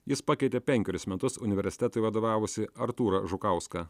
jis pakeitė penkerius metus universitetui vadovavusį artūrą žukauską